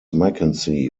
mckenzie